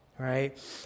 right